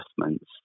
adjustments